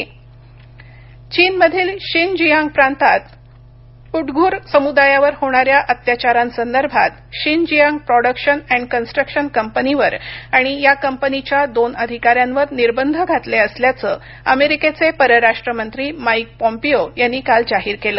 America चीन निर्बंध चीनमधील शिन जिआंग प्रांतात उइघुर समुदायावर होणाऱ्या अत्याचारांसंदर्भात Xinjiang production and construction कंपनीवर आणि या कंपनीच्या दोन अधिकाऱ्यांवर निर्बंध घातले असल्याचं अमेरिकेचे परराष्ट्र मंत्री माईक पोम्पिओ यांनी काल जाहीर केलं